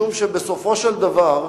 משום שבסופו של דבר,